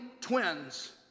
twins